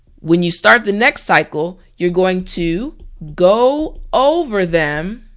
when you start the next cycle you're going to go over them